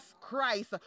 Christ